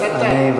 הסתה.